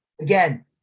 Again